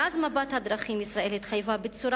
מאז מפת הדרכים ישראל התחייבה בצורה